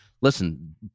listen